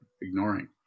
ignoring